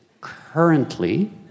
currently